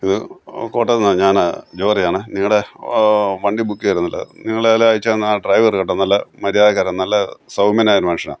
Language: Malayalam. ഇത് കോട്ടയത്ത്ന്നാണ് ഞാൻ ജോർജാണ് നിങ്ങളുടെ വണ്ടി ബുക്ക് ചെയ്തിരുന്നല്ലോ ഞങ്ങളതിൽ അയച്ചുതന്ന ആ ഡ്രൈവർ കേട്ടോ നല്ല മര്യാദക്കാരൻ നല്ല സൗമ്യനായ ഒരു മനുഷ്യനാണ്